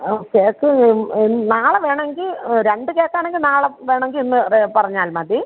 cake നാളെ വേണമെങ്കിൽ രണ്ട് കേക്ക് ആണെങ്കിൽ നാളെ വേണമെങ്കിൽ ഇന്ന് പറഞ്ഞാൽ മതി